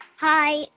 Hi